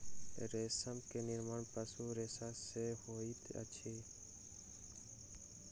रेशम के निर्माण पशु रेशा सॅ होइत अछि